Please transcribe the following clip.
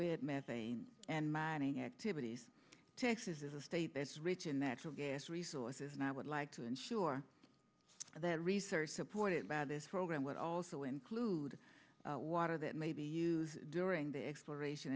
bed methane and mining activities texas is a state that's rich in natural gas resources and i would like to ensure that research supported by this program would also include water that may be used during the exploration